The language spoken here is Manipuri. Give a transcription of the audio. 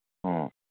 ꯑꯣ